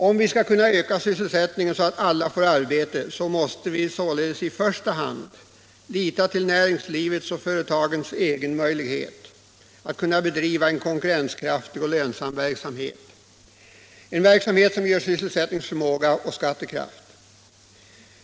Om vi skall kunna öka sysselsättningen så att alla får arbete måste vi således i första hand lita till näringslivets och företagens egen möjlighet att bedriva en konkurrenskraftig och lönsam verksamhet, som ger sys selsättningsförmåga och skattekraft.